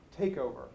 takeover